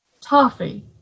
toffee